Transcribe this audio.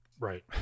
right